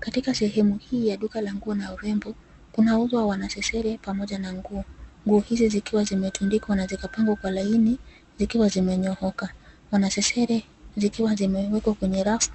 Katika sehemu hii ya duka la nguo na urembo, kunauzwa wanasesere pamoja na nguo. Nguo hizi zikiwa zimetundikwa na zikapangwa kwa laini zikiwa zimenyooka. Wanasesere zikiwa zimeekwa kwenye rafu